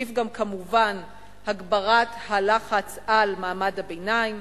נוסיף גם כמובן הגברת הלחץ על מעמד הביניים,